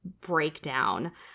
breakdown